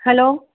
hello